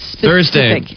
Thursday